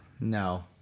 No